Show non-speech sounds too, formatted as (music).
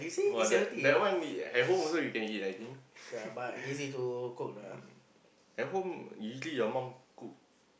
!wah! that that one at home also you can eat I think (laughs) at home usually your mom